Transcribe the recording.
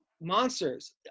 monsters